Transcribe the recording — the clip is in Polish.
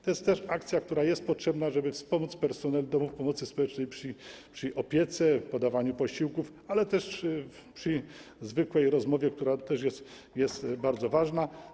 To jest też akcja, która jest potrzebna, żeby wspomóc personel domów pomocy społecznej przy opiece, podawaniu posiłków, ale też przy zwykłej rozmowie, która także jest bardzo ważna.